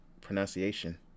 pronunciation